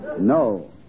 No